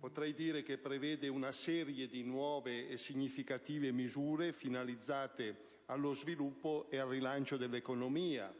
decreto-legge prevede una serie di nuove e significative misure finalizzate allo sviluppo e al rilancio dell'economia.